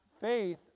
faith